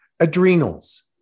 adrenals